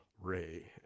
Ray